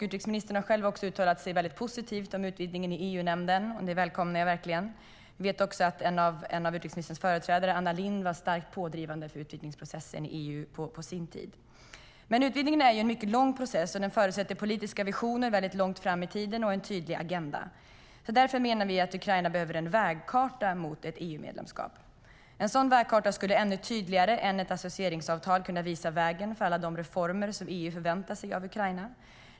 Utrikesministern har själv också uttalat sig väldigt positivt om utvidgningen i EU-nämnden - det välkomnar jag verkligen. Jag vet också att en av utrikesministerns företrädare, Anna Lindh, var starkt pådrivande för utvidgningsprocessen i EU på sin tid. Men utvidgningen är en mycket lång process, och den förutsätter politiska visioner långt fram i tiden och en tydlig agenda. Därför menar vi att Ukraina behöver en vägkarta mot ett EU-medlemskap. En sådan vägkarta skulle ännu tydligare än ett associeringsavtal kunna visa vägen för alla de reformer som EU förväntar sig av Ukraina.